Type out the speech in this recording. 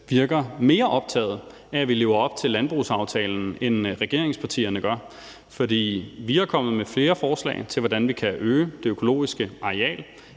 virker mere optagede af, at vi lever op til landbrugsaftalen, end regeringspartierne gør, for vi er kommet med flere forslag til, hvordan vi kan øge det økologiske areal.